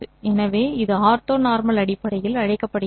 எனவே இது ஆர்த்தோனார்மல் அடிப்படையில் அழைக்கப்படுகிறது